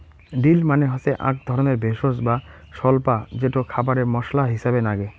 deal মানে হসে আক ধরণের ভেষজ বা স্বল্পা যেটো খাবারে মশলা হিছাবে নাগে